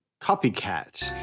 copycat